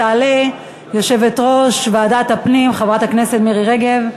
תעלה יושבת-ראש ועדת הפנים חברת הכנסת מירי רגב.